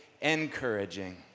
encouraging